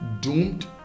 doomed